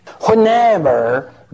whenever